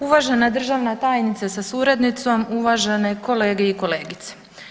Uvažena državna tajnice sa suradnicom, uvažene kolege i kolegice.